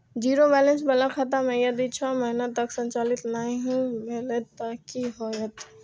Zero balance बाला खाता में यदि छः महीना तक संचालित नहीं भेल ते कि होयत?